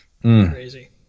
crazy